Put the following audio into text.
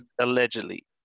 Allegedly